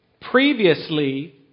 previously